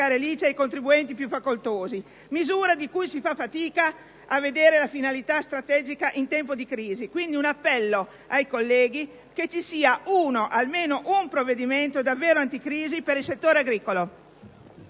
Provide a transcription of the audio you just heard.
l'ICI ai contribuenti più facoltosi, misura di cui si fa fatica a vedere la finalità strategica in tempo di crisi. Quindi rivolgo un appello ai colleghi affinché ci sia almeno un provvedimento davvero anticrisi per il settore agricolo.